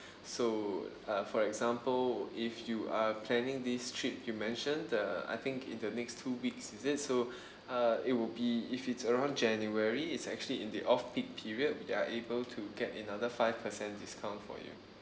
so uh for example if you are planning this trip you mentioned the I think in the next two weeks is it so uh it would be if it's around january is actually in the off peak period we're able to get another five percent discount for you